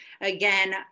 again